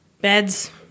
beds